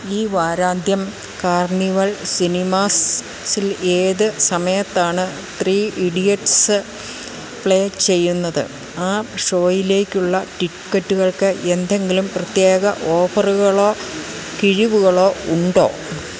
ഈ വാരാന്ത്യം കാർണിവൽ സിനിമാസിൽ ഏത് സമയത്താണ് ത്രീ ഇഡിയറ്റ്സ് പ്ലേ ചെയ്യുന്നത് ആ ഷോയിലേക്കുള്ള ടിക്കറ്റുകൾക്ക് എന്തെങ്കിലും പ്രത്യേക ഓഫറുകളോ കിഴിവുകളോ ഉണ്ടോ